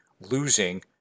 losing